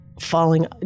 falling